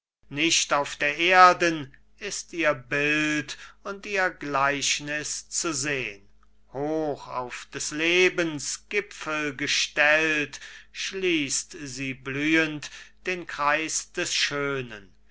nicht auf der erden ist ihr bild und ihr gleichniß zu sehn hoch auf des lebens gipfel gestellt schließt sie blühend den kreis des schönen